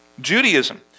Judaism